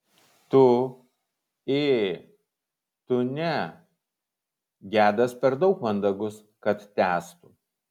tu ė tu ne gedas per daug mandagus kad tęstų